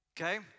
okay